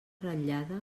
ratllada